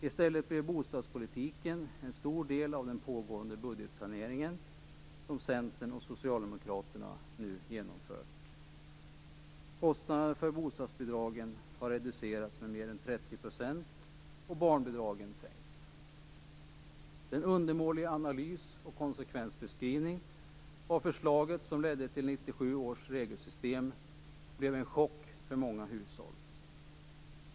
I stället blev bostadspolitiken en stor del av den pågående budgetsaneringen, som Centern och Socialdemokraterna nu genomfört. Kostnaderna för bostadsbidragen har reducerats med mer än 30 %, och barnbidragen har sänkts. Den undermåliga analys och konsekvensbeskrivning av förslaget som ledde till 1997 års regelsystem blev en chock för många hushåll.